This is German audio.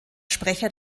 sprecher